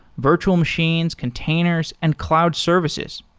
virtual machines, containers and cloud services.